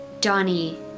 Donnie